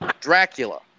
Dracula